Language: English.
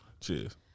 cheers